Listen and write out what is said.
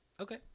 Okay